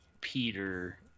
Peter